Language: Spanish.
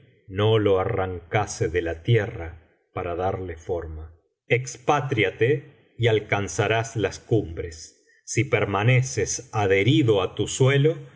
no lo arrancase de la tierra para darle forma expatríate y alcanzarás las cumbres si permaneces adherido á tu suelo